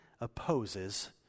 opposes